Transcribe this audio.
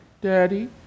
Daddy